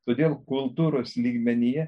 todėl kultūros lygmenyje